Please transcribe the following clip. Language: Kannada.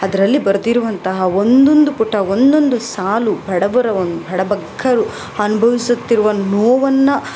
ಅದರಲ್ಲಿ ಬರೆದಿರುವಂತಹ ಒಂದೊಂದು ಪುಟ ಒಂದೊಂದು ಸಾಲು ಬಡವರ ಒಂದು ಬಡಬಗ್ಗರು ಅನುಭವಿಸುತ್ತಿರುವ ನೋವನ್ನು